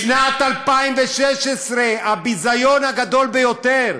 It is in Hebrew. בשנת 2016, הביזיון הגדול ביותר,